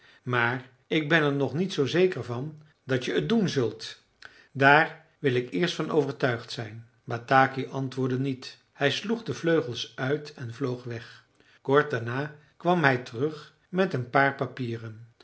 maar ik ben er nog niet zoo zeker van dat je het doen zult daar wil ik eerst van overtuigd zijn bataki antwoordde niet hij sloeg de vleugels uit en vloog weg kort daarna kwam hij terug met een paar papieren